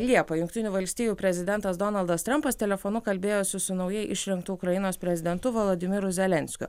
liepą jungtinių valstijų prezidentas donaldas trampas telefonu kalbėjosi su naujai išrinktu ukrainos prezidentu volodymyru zelenskiu